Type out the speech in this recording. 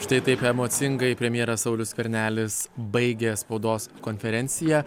štai taip emocingai premjeras saulius skvernelis baigė spaudos konferenciją